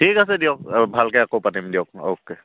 ঠিক আছে দিয়ক আৰু ভালকৈ আকৌ পাতিম দিয়ক অ'কে